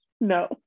No